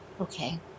Okay